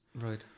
right